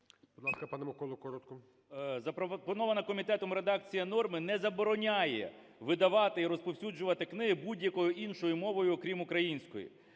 КНЯЖИЦЬКИЙ М.Л. Запропонована комітетом редакція норми не забороняє видавати і розповсюджувати книги будь-якою іншою мовою, окрім української.